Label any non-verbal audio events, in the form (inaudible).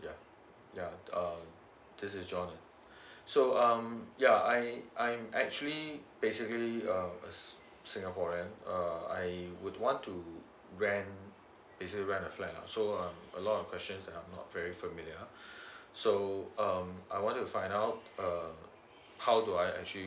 you yeah uh this is john (breath) so um yeah I I'm actually basically uh singaporean uh I would want to rent is it rent a flat ah so uh a lot of questions that I'm not very familiar so um I want to find out uh how do I actually